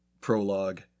prologue